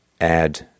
add